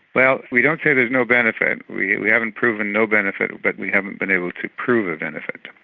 well we don't say there's no benefit, we we haven't proven no benefit and but we haven't been able to prove a benefit.